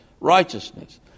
righteousness